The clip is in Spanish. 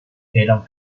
eran